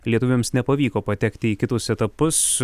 lietuviams nepavyko patekti į kitus etapus